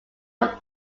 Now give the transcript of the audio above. were